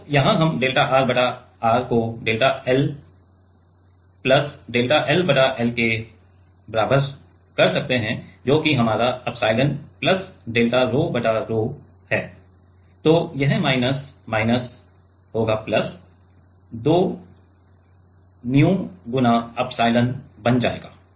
तो यहाँ हम डेल्टा R बटा R को delta L plus delta L बटा L के बराबर कर सकते हैं जो कि हमारा एप्सिलॉन प्लस डेल्टा रोह 𝛒 बटा रोह 𝛒 है तो यह माइनस माइनस होगा प्लस 2 न्यू एप्सिलॉन बन जाएगा